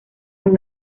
con